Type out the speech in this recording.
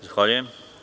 Zahvaljujem.